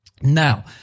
Now